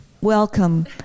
welcome